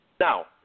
Now